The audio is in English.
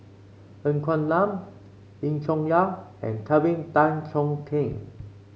Ng Quee Lam Lim Chong Yah and Tan Cheong Kheng